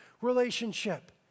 relationship